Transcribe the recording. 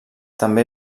també